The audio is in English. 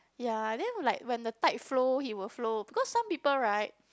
ya and then like when the tide flow he will flow because some people right